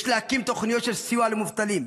יש להקים תוכניות של סיוע למובטלים,